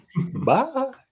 Bye